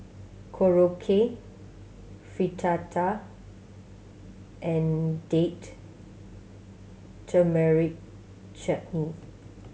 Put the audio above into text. Korokke Fritada and Date Tamarind Chutney